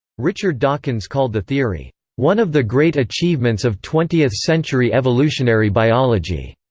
richard dawkins called the theory one of the great achievements of twentieth-century evolutionary biology.